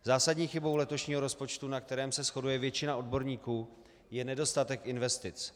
Zásadní chybou letošního rozpočtu, na kterém se shoduje většina odborníků, je nedostatek investic.